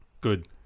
good